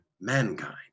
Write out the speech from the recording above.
mankind